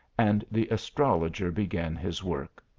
and the astrologer began his work.